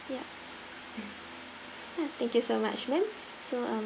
ya ya thank you so much ma'am so um